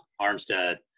Armstead